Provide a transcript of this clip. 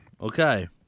Okay